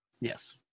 Yes